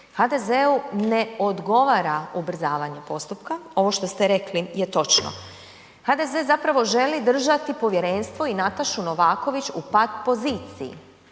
HDZ-u ne odgovara ubrzavanje postupka. Ovo što ste rekli je točno. HDZ zapravo želi držati povjerenstvo i Natašu Novaković u pat poziciji